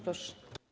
Proszę.